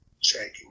checking